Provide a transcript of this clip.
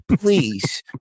Please